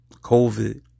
COVID